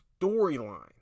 storyline